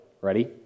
Ready